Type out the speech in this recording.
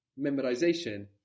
Memorization